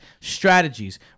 strategies